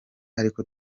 ariko